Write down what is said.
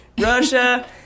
Russia